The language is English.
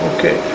Okay